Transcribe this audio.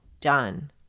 done